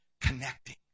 Connecting